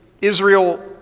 Israel